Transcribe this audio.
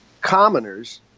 commoners